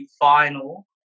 final